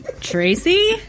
Tracy